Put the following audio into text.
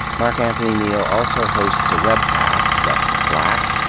mark anthony neal also hosts a webcast, left of black,